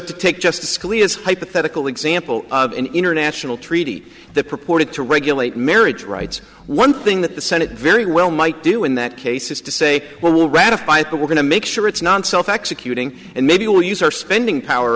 to take justice scalia's hypothetical example of an international treaty the purported to regulate marriage rights one thing that the senate very well might do in that case is to say well ratify it but we're going to make sure it's non self executing and maybe we'll use our spending power